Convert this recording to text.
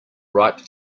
ripe